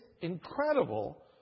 incredible